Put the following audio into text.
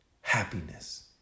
happiness